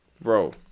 Bro